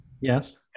Yes